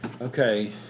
Okay